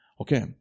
Okay